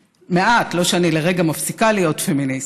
מעט, לא שאני לרגע מפסיקה להיות פמיניסטית.